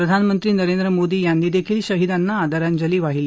प्रधानमंत्री नरेंद्र मोदी यांनी देखील शहीदांना आदरांजली वाहिली